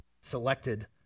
selected